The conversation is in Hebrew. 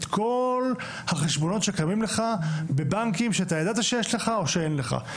כל החשבונות שקיימים לך בבנקים שאתה ידעת שיש לך או שאין לך.